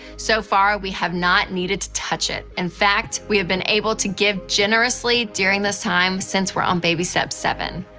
so far, we have not needed to touch it. in fact, we have been able to give generously during this time since we're on baby step seven.